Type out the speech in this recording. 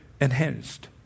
enhanced